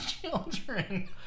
children